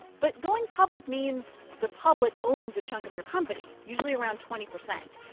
but going public means the public owns a chunk of your company, usually around twenty percent.